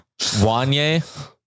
Wanye